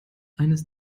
eines